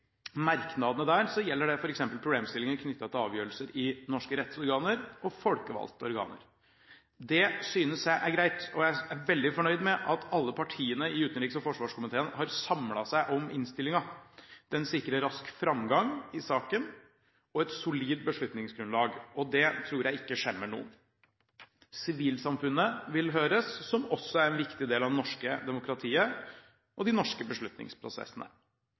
merknadene i komiteens enstemmige innstilling, gjelder det f.eks. problemstillinger knyttet til avgjørelser i norske rettsorganer og i folkevalgte organer. Det synes jeg er greit, og jeg er veldig fornøyd med at alle partiene i utenriks- og forsvarskomiteen har samlet seg om innstillingen. Den sikrer rask framgang i saken og et solid beslutningsgrunnlag, og det tror jeg ikke skjemmer noen. Sivilsamfunnet vil høres, noe som også er en viktig del av det norske demokratiet og de norske beslutningsprosessene.